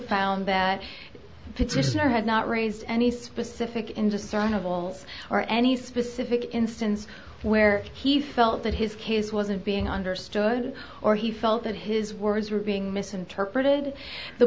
found that petitioner has not raised any specific indiscernible or any specific instance where he felt that his case wasn't being understood or he felt that his words were being misinterpreted the